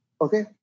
Okay